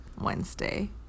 Wednesday